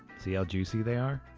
see how juicy they are?